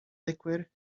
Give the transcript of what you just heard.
liquid